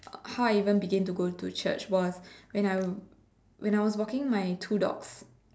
how I even began to go to church was when I when I was walking my two dogs